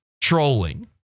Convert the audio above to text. trolling